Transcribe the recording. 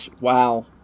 Wow